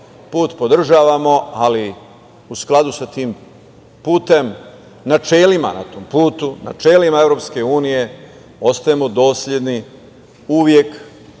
put podržavamo, ali u skladu sa tim putem, načelima na tom putu, načelima EU, ostajemo dosledni uvek